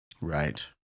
Right